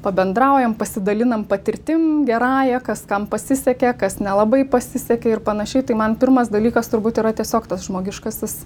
pabendraujam pasidalinam patirtim gerąja kas kam pasisekė kas nelabai pasisekė ir panašiai tai man pirmas dalykas turbūt yra tiesiog tas žmogiškasis